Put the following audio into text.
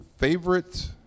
Favorite